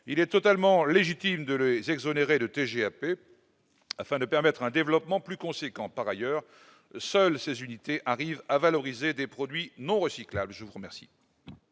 il est totalement légitime de les exonérer de TGAP afin de permettre un développement plus conséquents, par ailleurs, seuls 16 unités arrivent à valoriser des produits non recyclables, je vous remercie.